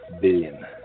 Billion